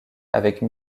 avec